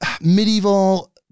medieval